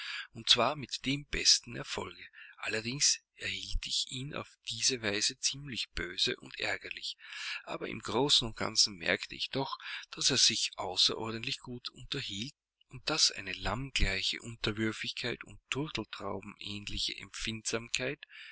und zwar mit dem besten erfolge allerdings erhielt ich ihn auf diese weise ziemlich böse und ärgerlich aber im großen und ganzen merkte ich doch daß er sich außerordentlich gut unterhielt und daß eine lammgleiche unterwürfigkeit und turteltaubenähnliche empfindsamkeit